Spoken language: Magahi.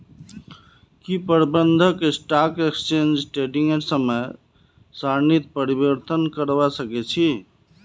की प्रबंधक स्टॉक एक्सचेंज ट्रेडिंगेर समय सारणीत परिवर्तन करवा सके छी